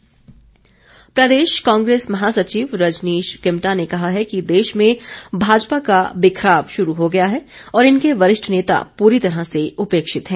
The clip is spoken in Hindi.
कांग्रेस प्रदेश कांग्रेस महासचिव रजनीश किमटा ने कहा है कि देश में भाजपा का बिखराव शुरू हो गया है और इनके वरिष्ठ नेता पूरी तरह से उपेक्षित हैं